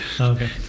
Okay